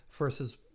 versus